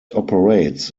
operates